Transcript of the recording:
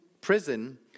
prison